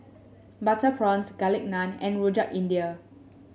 Butter Prawns Garlic Naan and Rojak India